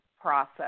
process